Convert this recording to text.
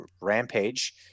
Rampage